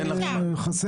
חסר?